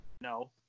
No